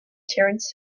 terence